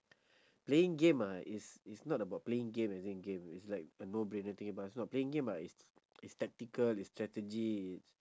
playing game ah is is not about playing game losing game it's like a no-brainer thing but it's not playing game ah is is tactical is strategy it's